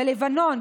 בלבנון,